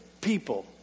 people